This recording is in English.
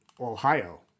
Ohio